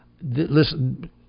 Listen